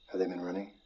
they been running?